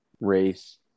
race